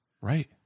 Right